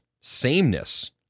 sameness